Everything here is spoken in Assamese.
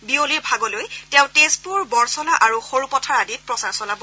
বিয়লিৰ ভাগলৈ তেওঁ তেজপুৰ বৰছলা আৰু সৰুপথাৰ আদিত প্ৰচাৰ চলাব